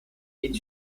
est